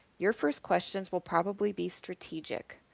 your first questions will probably be strategic,